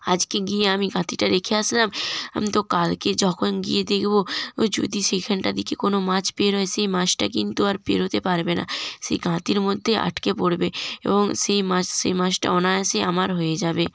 আজকে গিয়ে আমি গাঁতিটা রেখে আসলাম তো কালকে যখন গিয়ে দেকবো ও যদি সেইখানটা দেখি কোনো মাছ পেরোয় সেই মাছটা কিন্তু আর পেরোতে পারবে না সেই গাঁতির মধ্যেই আটকে পড়বে এবং সেই মাছ সেই মাছটা অনায়াসেই আমার হয়ে যাবে